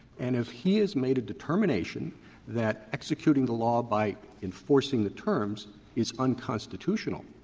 and if he has made a determination that executing the law by enforcing the terms is unconstitutional,